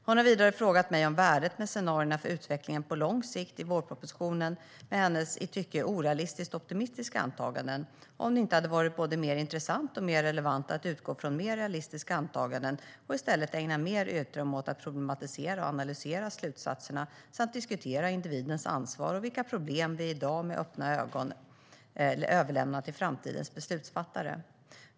Hon har vidare frågat mig om värdet med scenarierna för utvecklingen på lång sikt i vårpropositionen, med i hennes tycke orealistiskt optimistiska antaganden, och om det inte hade varit både mer intressant och mer relevant att utgå från mer realistiska antaganden och i stället ägna mer utrymme åt att problematisera och analysera slutsatserna samt diskutera individens ansvar och vilka framtida problem vi i dag med öppna ögon överlämnar till framtidens beslutsfattare.